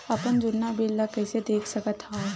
अपन जुन्ना बिल ला कइसे देख सकत हाव?